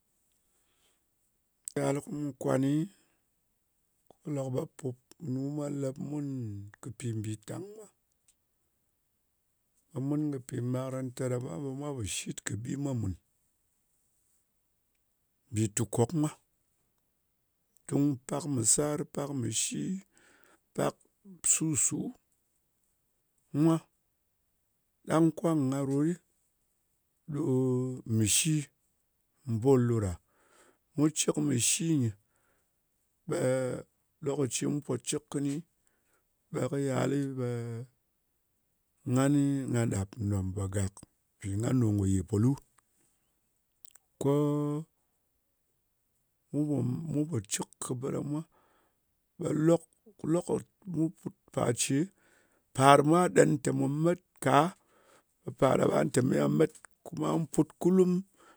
Mu yal ku kwani, kɨ lo ɓe punu mwa lep mun ka pì mbìtang mwa. Ɓe mun ka pì makaranta ɗa mwa, ɓe mwa pò shi kɨ bi mwa mùn. Mbì tukok mwa, kɨ pak mɨ sar, pak mɨ shi, pal su-su mwa. Ɗang kwang nga rot ɗɨ ɗo mɨ shi. Mbol ɗo ɗa. Mu cɨk mɨ shi nyi, ɓe lokaci mu pò cɨk kɨni, ɓe kɨ yalɨ, ɓe ngan nga ɗàp nòmba gak. Mpì ngan ɗo ngò yè polu. Koo, mu pò, mu po cɨk kɨ bɨ ɗa mwa, ɓe lok, lokot par ce, par mwa ɗen tè mu met ka, ɓe par ɗa, ɓa te me nga met fut kulum.